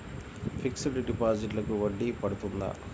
Fixed డిపాజిట్లకు వడ్డీ పడుతుందా?